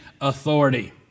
authority